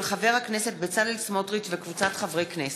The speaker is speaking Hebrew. של חבר הכנסת בצלאל סמוטריץ וקבוצת חברי כנסת.